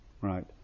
right